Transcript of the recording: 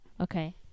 okay